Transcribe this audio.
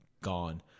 gone